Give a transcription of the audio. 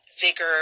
vigor